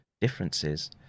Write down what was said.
differences